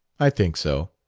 i think so.